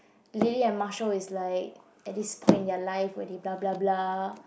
Lily and Marshall is like at this point in their life where they bla bla bla